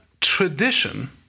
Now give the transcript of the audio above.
tradition